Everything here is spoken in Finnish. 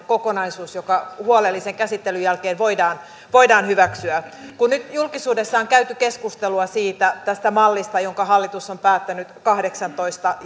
kokonaisuus joka huolellisen käsittelyn jälkeen voidaan voidaan hyväksyä kun nyt julkisuudessa on käyty keskustelua tästä mallista jonka hallitus on päättänyt kahdeksantoista